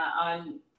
on